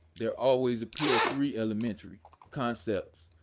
there always appear three elementary concepts.